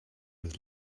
with